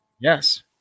Yes